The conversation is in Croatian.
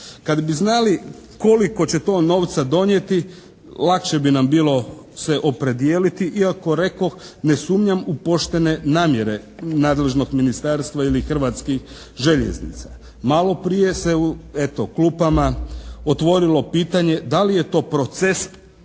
Kad bi znali koliko će to novca donijeti lakše bi nam bilo se opredijeliti. Iako rekoh ne sumnjam u poštene namjere nadležnog ministarstva ili Hrvatskih željeznica. Maloprije se eto u klupama otvorilo pitanje da li je to proces